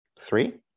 Three